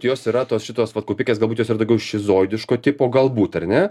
jos yra tos šitos vat kaupikės galbūt jos ir daugiau šizoidiško tipo galbūt ar ne